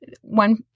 one